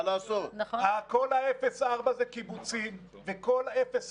כל ה-0 4 זה קיבוצים, מדברים